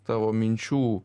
tavo minčių